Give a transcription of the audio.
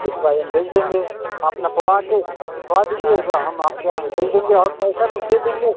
ठीक है भाई हम भेज देंगे आप नपवा के सब भिजवा दीजिएगा हम आपके यहाँ से भेज देंगे और पैसा कुछ दे देंगे